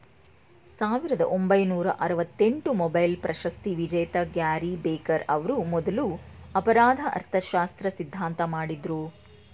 ಸಾವಿರದ ಒಂಬೈನೂರ ಆರವತ್ತಎಂಟು ಮೊಬೈಲ್ ಪ್ರಶಸ್ತಿವಿಜೇತ ಗ್ಯಾರಿ ಬೆಕರ್ ಅವ್ರು ಮೊದ್ಲು ಅಪರಾಧ ಅರ್ಥಶಾಸ್ತ್ರ ಸಿದ್ಧಾಂತ ಮಾಡಿದ್ರು